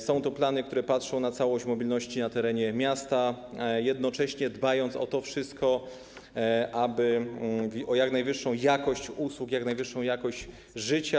Są to plany, w których patrzy się na całość mobilności na terenie miasta, a jednocześnie dba się o to wszystko, o jak najwyższą jakość usług, o jak najwyższą jakość życia.